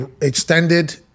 extended